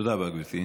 תודה רבה, גברתי.